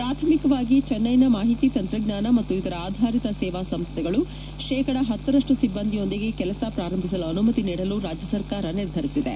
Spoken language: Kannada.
ಪುರಮಕವಾಗಿ ಚೆನ್ನೈನ ಮಾಟಿತಿ ತಂತ್ರಜ್ಞಾನ ಮತ್ತು ಇದರ ಆಧಾರತ ಸೇವಾ ಸಂಸ್ಥೆಗಳು ಶೇಕಡ ಬರಮ್ಖ ಸಿಬ್ಬಂದಿಯೊಂದಿಗೆ ಕೆಲಸ ಪುರಂಭಸಲು ಅನುಮತಿ ನೀಡಲು ರಾಜ್ಯಕರ್ಕಾರ ನಿರ್ಧರಿಸಿದೆ